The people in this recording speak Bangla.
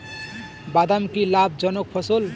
বাদাম কি লাভ জনক ফসল?